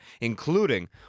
including